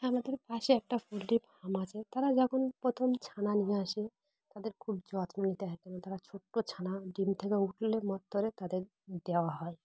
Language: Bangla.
হ্যাঁ আমাদের পাশে একটা পোলট্রি ফার্ম আছে তারা যখন প্রথম ছানা নিয়ে আসে তাদের খুব যত্ন নিতে হয় কেন তারা ছোট্ট ছানা ডিম থেকে উঠলে মত ধরে তাদের দেওয়া হয়